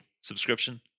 subscription